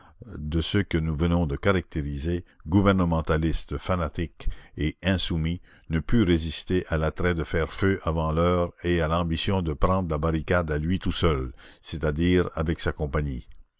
de ceux que nous venons de caractériser gouvernementaliste fanatique et insoumis ne put résister à l'attrait de faire feu avant l'heure et à l'ambition de prendre la barricade à lui tout seul c'est-à-dire avec sa compagnie